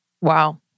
Wow